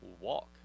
walk